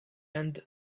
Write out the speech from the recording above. and